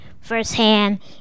firsthand